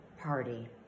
party